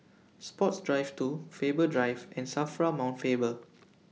Sports Drive two Faber Drive and SAFRA Mount Faber